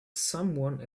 someone